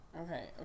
okay